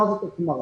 מה זאת החמרה?